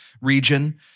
region